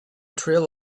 trail